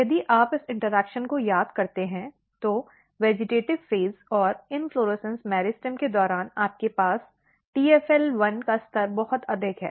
यदि आप इस इन्टर्ऐक्शन को याद करते हैं तो वेजिटेटिव़ फ़ेज़ और इन्फ्लोरेसन्स मेरिस्टेम के दौरान आपके पास TFL1 का स्तर बहुत अधिक है